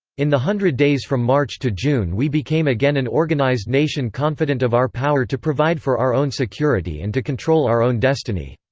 in the hundred days from march to june we became again an organized nation confident of our power to provide for our own security and to control our own destiny.